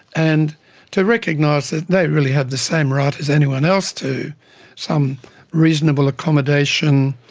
and to recognise that they really have the same right as anyone else to some reasonable accommodation,